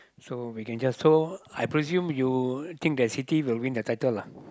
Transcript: so we can just so I presume you think that City will win the title lah